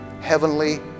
heavenly